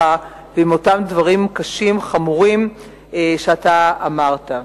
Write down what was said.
ועם אותם דברים קשים וחמורים שאתה אמרת.